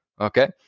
Okay